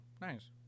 nice